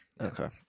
Okay